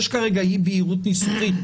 יש כרגע אי בהירות ניסוחית,